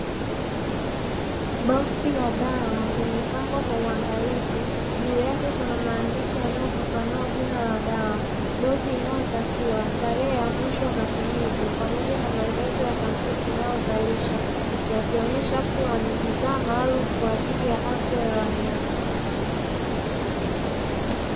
Boksi la dawa limepangwa kwa uangalifu juu yake kuna maandishi yanayofafanua jina la dawa, dozi inayotakiwa, tarehe ya mwisho ya matumizi, pamoja na maelezo ya kampuni inayozalisha, yakionyesha kuwa ni bidhaa maalumu kwa ajili ya afya ya wanyama.